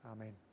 Amen